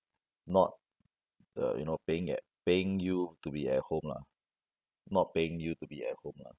not uh you know paying at paying you to be at home lah not paying you to be at home lah